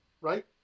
right